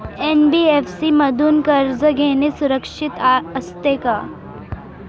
NBFC मधून कर्ज घेणे सुरक्षित असते का?